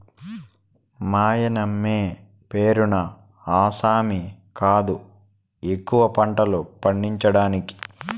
మాయన్నమే పేరున్న ఆసామి కాదు ఎక్కువ పంటలు పండించేదానికి